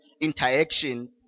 interaction